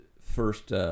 first